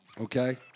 okay